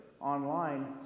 online